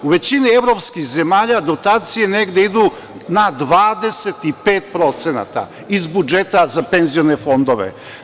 U većini evropskih zemalja dotacije negde idu na 25% iz budžeta za penzione fondove.